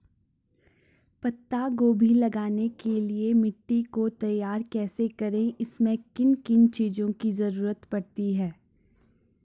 पत्ता गोभी लगाने के लिए मिट्टी को तैयार कैसे करें इसमें किन किन चीज़ों की जरूरत पड़ती है?